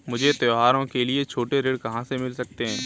मुझे त्योहारों के लिए छोटे ऋण कहाँ से मिल सकते हैं?